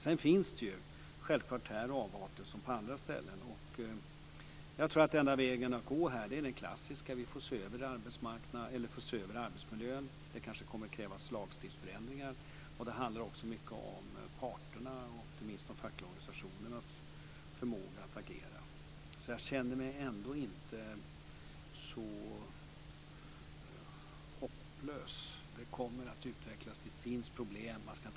Sedan finns det självklart här, som på andra ställen, avarter. Den enda vägen att gå är den klassiska, nämligen att se över arbetsmiljön, kanske framföra krav på förändringar i lagstiftningen. Det handlar om parterna och de fackliga organisationernas förmåga att agera. Det känns ändå inte så hopplöst. Det kommer att ske en utveckling, och det finns problem.